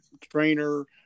trainer